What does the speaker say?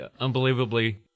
unbelievably